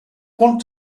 want